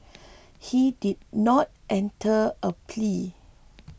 he did not enter a plea